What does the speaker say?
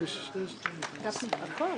46 יש הסעת המונים,